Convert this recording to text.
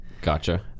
Gotcha